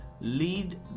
Lead